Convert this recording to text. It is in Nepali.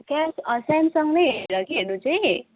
सेम सेमसङ नै हेर कि हेर्नु हो चाहिँ